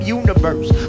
universe